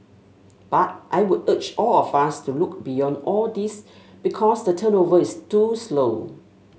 but I would urge all of us to look beyond all these because the turnover is too slow